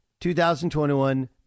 2021